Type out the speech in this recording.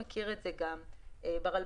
דבר נוסף, תוכנית הכשרה לרוכבים.